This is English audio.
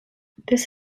this